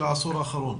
של העשור האחרון.